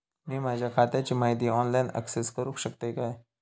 मी माझ्या खात्याची माहिती ऑनलाईन अक्सेस करूक शकतय काय?